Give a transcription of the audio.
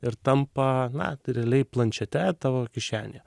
ir tampa na realiai planšete tavo kišenėje